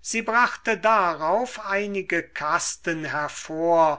sie brachte darauf einige kasten hervor